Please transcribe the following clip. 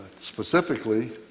Specifically